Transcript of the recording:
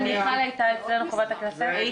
כן, חברת הכנסת מיכל הייתה אצלנו.